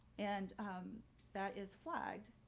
and um that is flagged,